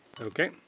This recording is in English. Okay